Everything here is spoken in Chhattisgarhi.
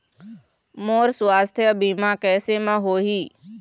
मोर सुवास्थ बीमा कैसे म होही?